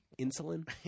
insulin